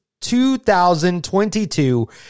2022